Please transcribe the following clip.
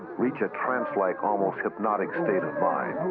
reach a trancelike, almost hypnotic state of mind.